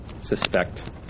suspect